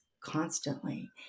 constantly